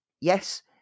Yes